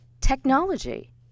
technology